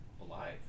alive